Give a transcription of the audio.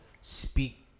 speak